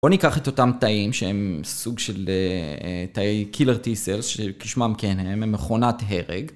בוא ניקח את אותם תאים, שהם סוג של תאי קילר טיסר, שכשמם כן הם, הם מכונת הרג